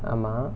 ஆமா:aamaa